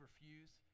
refuse